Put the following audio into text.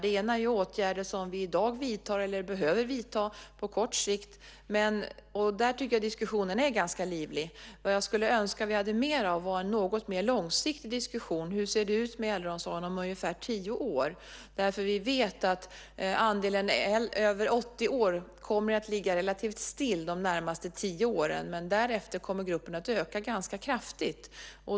Det ena är åtgärder som vi vidtar i dag eller behöver vidta på kort sikt. Där tycker jag att diskussionen är ganska livlig. Jag skulle önska att vi hade mer av en något mer långsiktig diskussion om hur äldreomsorgen ska se ut om ungefär tio år. Vi vet att andelen personer över 80 år kommer att ligga relativt still de närmaste tio åren, men därefter kommer gruppen att öka ganska kraftigt.